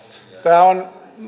tämä on